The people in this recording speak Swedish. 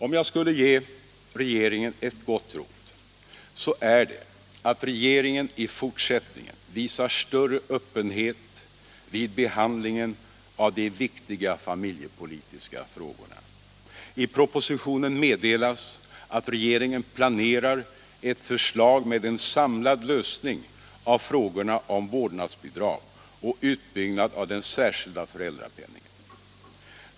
Om jag skulle ge regeringen ett gott råd så är det att regeringen i fortsättningen visar större öppenhet vid behandlingen av de viktiga familjepolitiska frågorna. I propositionen meddelas att regeringen planerar ett förslag med en samlad lösning av frågorna om vårdnadsbidrag och utbyggnad av den särskilda föräldrapenningen.